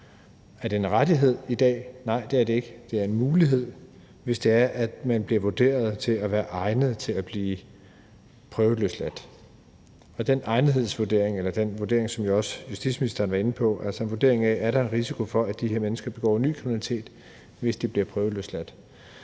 Er det en rettighed i dag? Nej, det er det ikke. Det er en mulighed, hvis det er sådan, at man bliver vurderet til at være egnet til at blive prøveløsladt. Og den egnethedsvurdering – eller den vurdering, som justitsministeren jo også har været inde på – er en vurdering af, om der er en risiko for, at de her mennesker begår ny kriminalitet, hvis de bliver prøveløsladt.